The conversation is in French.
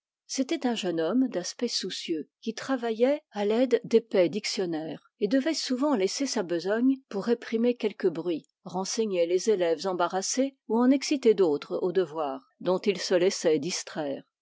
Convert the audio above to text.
c'était un jeune homme d'aspect soucieux qui travaillait à l'aide d'épais dictionnaires et devait souvent laisser sa besogne pour réprimer quelque bruit renseigner les élèves embarrassés ou en exciter d'autres au devoir dont ils se laissaient distraire